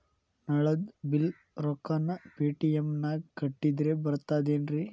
ನಳದ್ ಬಿಲ್ ರೊಕ್ಕನಾ ಪೇಟಿಎಂ ನಾಗ ಕಟ್ಟದ್ರೆ ಬರ್ತಾದೇನ್ರಿ?